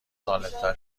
سالمتر